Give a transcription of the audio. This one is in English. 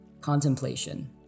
contemplation